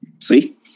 See